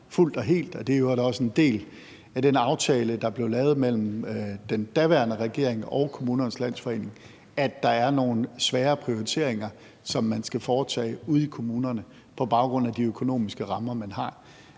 fuldt og helt, og det er i øvrigt også en del af den aftale, der blev lavet mellem den daværende regering og KL, at der er nogle svære prioriteringer, som man skal foretage ude i kommunerne på baggrund af de økonomiske rammer, man har.